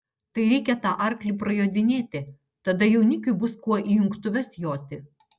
tai reikia tą arklį prajodinėti tada jaunikiui bus kuo į jungtuves joti